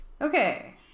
Okay